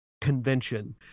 convention